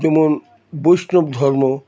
যেমন বৈষ্ণব ধর্ম